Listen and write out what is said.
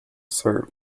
sir